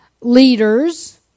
leaders